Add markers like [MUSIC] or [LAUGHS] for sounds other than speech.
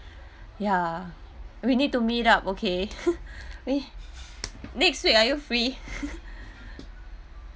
ya we need to meet up okay [LAUGHS] we next week are you free [LAUGHS]